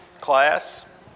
class